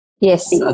Yes